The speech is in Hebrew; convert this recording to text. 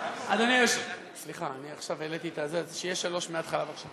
מהר, תספיק להגיד להם מה שאתה רוצה.